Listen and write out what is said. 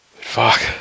Fuck